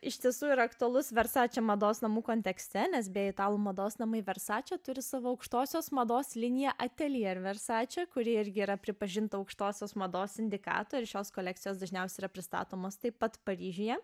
iš tiesų yra aktualus versače mados namų kontekste nes be italų mados namai versače turi savo aukštosios mados liniją ateljė ir versače kuri irgi yra pripažinta aukštosios mados sindikato ir šios kolekcijos dažniausiai yra pristatomos taip pat paryžiuje